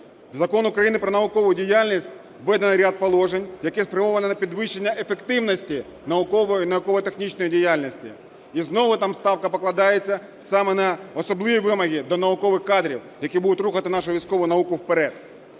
Закон України про наукову діяльність введено ряд положень, які спрямовані на підвищення ефективності наукової і науково-технічної діяльності. І знову там ставка покладається саме на особливі вимоги до наукових кадрів, які будуть рухати нашу військову науку вперед.